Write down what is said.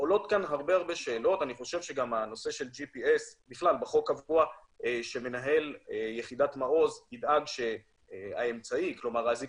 בחוק גם קבוע שמנהל יחידת מעוז ידאג שהאזיק